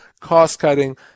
cost-cutting